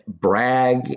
brag